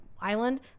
island